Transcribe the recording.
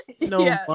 No